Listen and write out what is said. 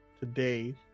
today